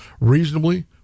reasonably